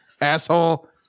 asshole